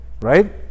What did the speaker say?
right